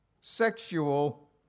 sexual